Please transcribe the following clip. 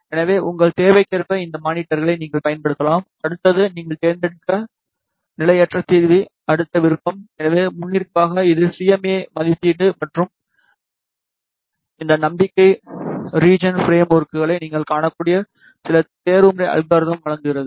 எனவே உங்கள் தேவைக்கேற்ப இந்த மானிட்டர்களை நீங்கள் பயன்படுத்தலாம் அடுத்தது நீங்கள் தேர்ந்தெடுத்த நிலையற்ற தீர்வி அடுத்த விருப்பம் எனவே முன்னிருப்பாக இது சிஎம்ஏ மதிப்பீடு மற்றும் இந்த நம்பிக்கை ரிஜின் பிரேம் ஒர்க்களை நீங்கள் காணக்கூடிய சில தேர்வுமுறை அல்கார்தம்வழங்குகிறது